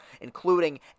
including